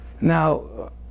Now